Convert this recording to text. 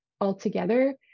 altogether